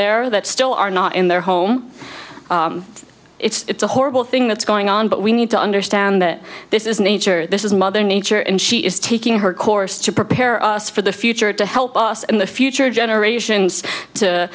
there that still are not in their home it's a horrible thing that's going on but we need to understand that this is nature this is mother nature and she is taking her course to prepare us for the future to help us and the future generations to